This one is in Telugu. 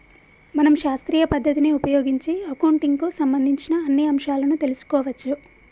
మనం శాస్త్రీయ పద్ధతిని ఉపయోగించి అకౌంటింగ్ కు సంబంధించిన అన్ని అంశాలను తెలుసుకోవచ్చు